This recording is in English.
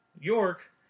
York